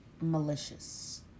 malicious